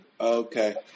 Okay